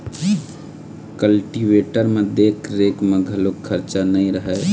cultivator म देख रेख म घलोक खरचा नइ रहय